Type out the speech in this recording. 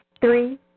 Three